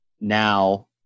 now